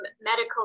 medical